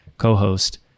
co-host